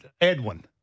Edwin